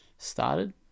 started